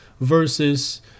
versus